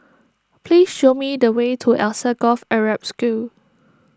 please show me the way to Alsagoff Arab School